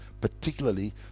particularly